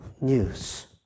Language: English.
news